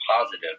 positive